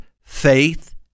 faith